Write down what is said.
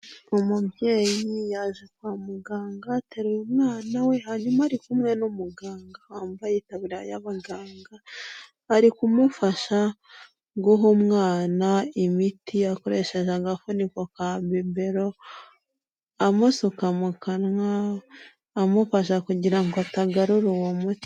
Umubyeyi yaje kwa muganga ateraruye umwana we hanyuma ari kumwe n'umuganga wambaye itaburiya y'abaganga, ari kumufasha guha umwana imiti akoresheje agafuniko ka bibero amusuka mu kanwa amufasha kugira ngo atagarura uwo muti.